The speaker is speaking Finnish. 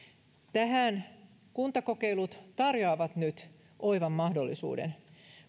tähän kuntakokeilut tarjoavat nyt oivan mahdollisuuden